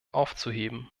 aufzuheben